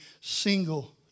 single